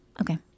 okay